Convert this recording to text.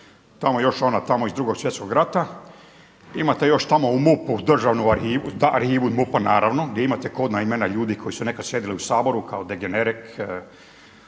tamo još ona tamo iz Drugog svjetskog rata. Imate još tamo u MUP-u državnu arhivu, arhivu od MUP-a naravno gdje imate …/Govornik se ne razumije./… imena ljudi koji su nekad sjedili u Saboru kao „Degenerek,